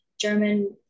German